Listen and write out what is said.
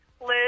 Liz